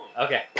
Okay